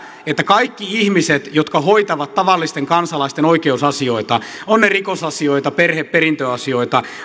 että kaikki ihmiset jotka hoitavat tavallisten kansalaisten oikeusasioita ovat ne rikosasioita perhe perintöasioita